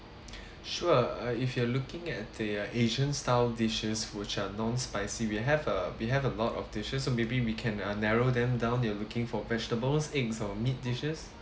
sure uh if you are looking at the asian style dishes which are non spicy we have a we have a lot of dishes so maybe we can uh narrow them down you're looking for vegetables eggs or meat dishes